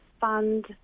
fund